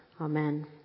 amen